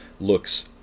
looks